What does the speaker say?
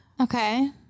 Okay